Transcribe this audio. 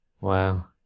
Wow